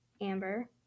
Amber